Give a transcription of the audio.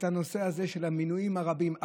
הנושא הזה של המינויים הרבים,